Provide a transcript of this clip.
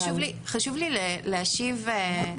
חשוב לי להשיב לחלי,